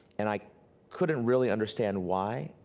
and i couldn't really understand why,